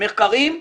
מחקרים,